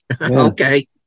Okay